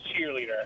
cheerleader